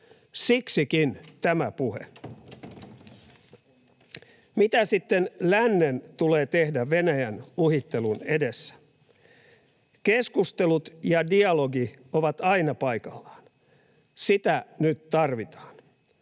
Siksikin tämä puhe. Mitä sitten lännen tulee tehdä Venäjän uhittelun edessä? Keskustelut ja dialogi ovat aina paikallaan, niitä nyt tarvitaan.